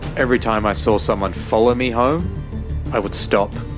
every time i saw someone follow me home i would stop,